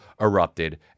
erupted